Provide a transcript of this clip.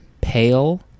pale